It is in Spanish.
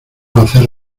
hacer